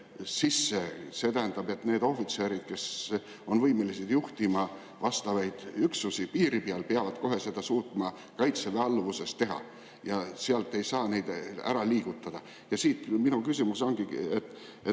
sisse. See tähendab, et need ohvitserid, kes on võimelised juhtima vastavaid üksusi piiri peal, peavad kohe suutma seda Kaitseväe alluvuses teha, ja sealt ei saa neid ära liigutada. Ja siit minu küsimus ongi. Te